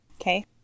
okay